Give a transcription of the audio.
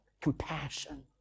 Compassion